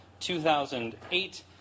2008